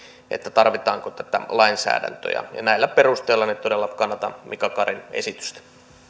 tarvitaanko tätä lainsäädäntöä näillä perusteilla todella kannatan mika karin esitystä